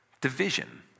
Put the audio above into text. Division